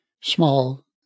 small